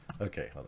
okay